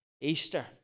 Easter